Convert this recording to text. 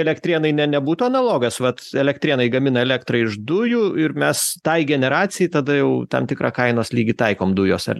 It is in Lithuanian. elektrėnai ne nebūtų analogas vat elektrėnai gamina elektrą iš dujų ir mes tai generacijai tada jau tam tikrą kainos lygį taikom dujos ar